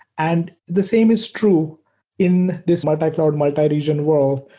and the same is true in this multi-cloud, multi region world.